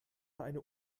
eine